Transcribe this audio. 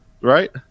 right